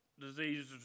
diseases